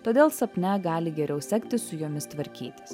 todėl sapne gali geriau sektis su jomis tvarkytis